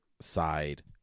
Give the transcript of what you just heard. side